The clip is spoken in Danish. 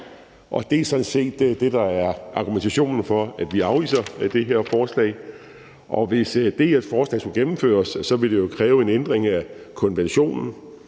Og det er sådan set det, der er argumentationen for, at vi afviser det her forslag. Hvis DF's forslag skulle gennemføres, ville det jo kræve en ændring af konventionen,